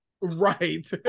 Right